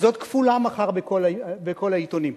זאת כפולה מחר בכל העיתונים.